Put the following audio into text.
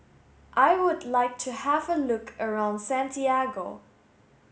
I would like to have a look around Santiago